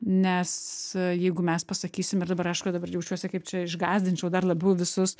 nes jeigu mes pasakysim ir dabar aišku dabar jaučiuosi kaip čia išgąsdinčiau dar labiau visus